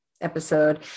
episode